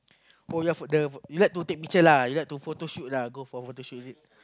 for your phone the you like to take picture lah you like to photo shoot lah go for photo shoot is it